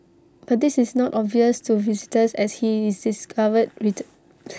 but this is not obvious to visitors as he discovered reat